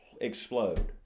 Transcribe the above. explode